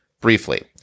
briefly